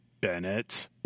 Bennett